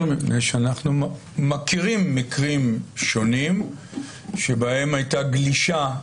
מפני שאנחנו מכירים מקרים שונים שבהם הייתה גלישה,